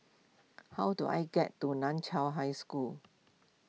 how do I get to Nan Chiau High School